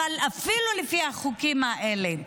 אבל זה אפילו לפי החוקים האלה.